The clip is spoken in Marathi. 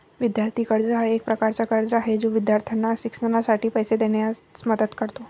विद्यार्थी कर्ज हा एक प्रकारचा कर्ज आहे जो विद्यार्थ्यांना शिक्षणासाठी पैसे देण्यास मदत करतो